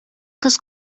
кыз